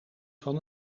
van